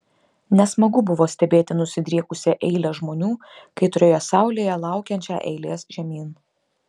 nesmagu buvo stebėti nusidriekusią eilę žmonių kaitrioje saulėje laukiančią eilės žemyn